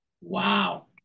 Wow